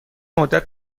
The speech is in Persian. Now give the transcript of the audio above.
مدت